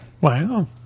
wow